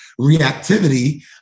reactivity